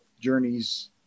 journeys